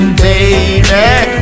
baby